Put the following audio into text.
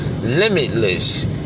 limitless